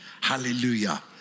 Hallelujah